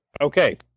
Okay